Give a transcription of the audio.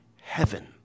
heaven